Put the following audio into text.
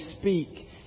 speak